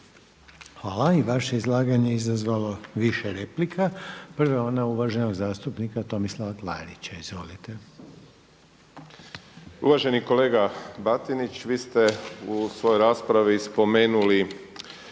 Hvala. I vaše je izlaganje izazvalo više replika. Prva je ona uvaženog zastupnika Tomislava Klarića. Izvolite. **Klarić, Tomislav (HDZ)** Uvaženi kolega Batinić vi ste u svojoj raspravi spomenuli,